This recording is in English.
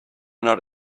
not